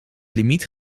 limiet